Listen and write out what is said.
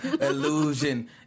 illusion